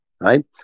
right